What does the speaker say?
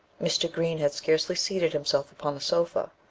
mr. green had scarcely seated himself upon the sofa,